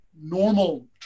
normal